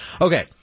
Okay